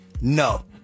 No